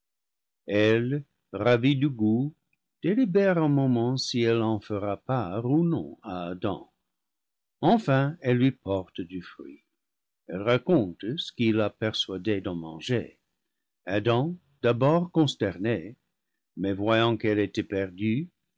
ravie du goût délibère un moment si elle en fera part ou non à adam enfin elle lui porte du fruit elle raconte ce qui l'a persuadée d'en manger adam d'abord consterné mais voyant qu'elle était perdue